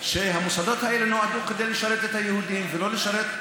שנועדו לשרת את היהודים ולא לשרת,